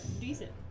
decent